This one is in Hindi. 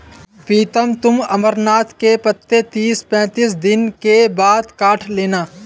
प्रीतम तुम अमरनाथ के पत्ते तीस पैंतीस दिन के बाद काट लेना